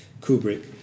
Kubrick